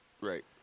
Right